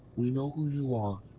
we know who you are.